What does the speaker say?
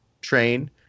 train